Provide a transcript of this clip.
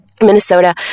Minnesota